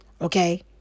Okay